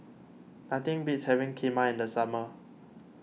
nothing beats having Kheema in the summer